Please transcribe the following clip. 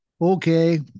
Okay